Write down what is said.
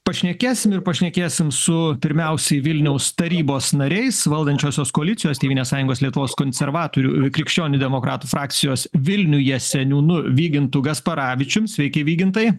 pašnekėsim ir pašnekėsim su pirmiausiai vilniaus tarybos nariais valdančiosios koalicijos tėvynės sąjungos lietuvos konservatorių krikščionių demokratų frakcijos vilniuje seniūnu vygintu gasparavičium sveiki vygintai